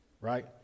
Right